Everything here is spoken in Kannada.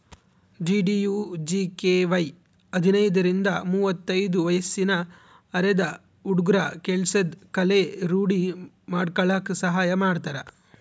ಡಿ.ಡಿ.ಯು.ಜಿ.ಕೆ.ವೈ ಹದಿನೈದರಿಂದ ಮುವತ್ತೈದು ವಯ್ಸಿನ ಅರೆದ ಹುಡ್ಗುರ ಕೆಲ್ಸದ್ ಕಲೆ ರೂಡಿ ಮಾಡ್ಕಲಕ್ ಸಹಾಯ ಮಾಡ್ತಾರ